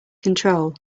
control